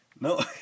No